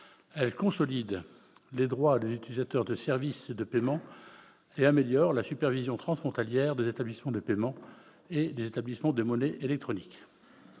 elle consolide les droits des utilisateurs de services de paiement et améliore la supervision transfrontalière des établissements de paiement et des établissements de monnaie électronique.